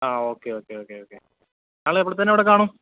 ആ okay okay okay okay നാളെ എപ്പോഴത്തേക്ക് അവിടെ കാണും